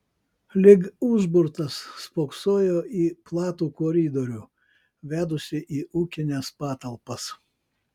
lyg užburtas spoksojo į platų koridorių vedusį į ūkines patalpas